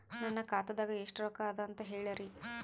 ನನ್ನ ಖಾತಾದಾಗ ಎಷ್ಟ ರೊಕ್ಕ ಅದ ಅಂತ ಹೇಳರಿ?